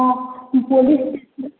ହଁ ପୋଲିସ୍